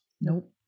Nope